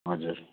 हजुर